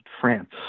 France